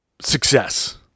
success